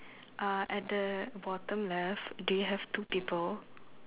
uh at the bottom left do you have two people